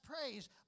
praise